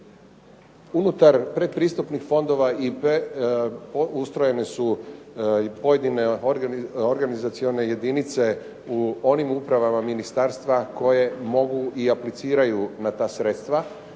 Unutar pretpristupnih fondova ustrojene su pojedine organizacione jedinice u onim upravama Ministarstva koje mogu i apliciraju na ta sredstva.